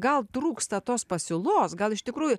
gal trūksta tos pasiūlos gal iš tikrųjų